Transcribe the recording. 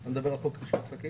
אתה מדבר על חוק רישוי עסקים?